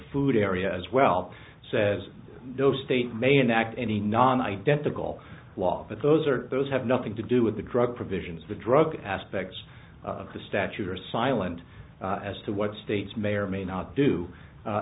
food area as well says no state may enact any non identical law but those are those have nothing to do with the drug provisions the drug aspects of the statute are silent as to what states may or may not do